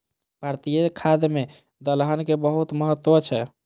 भारतीय खाद्य मे दलहन के बहुत महत्व छै